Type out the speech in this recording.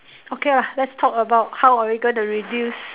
okay lah let's talk about how are you going to reduce